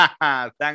Thanks